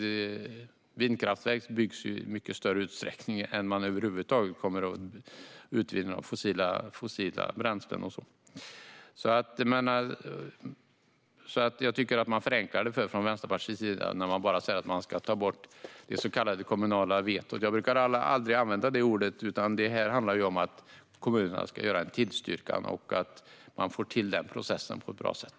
Vindkraftverk byggs i mycket större utsträckning än man över huvud taget kommer att utvinna fossila bränslen. Jag tycker att Vänsterpartiet förenklar detta när man bara säger att det så kallade kommunala vetot ska tas bort. Jag brukar aldrig använda detta ord. Detta handlar om att kommunerna ska göra en tillstyrkan och att man ska få till denna process på ett bra sätt.